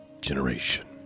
generation